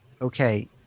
Okay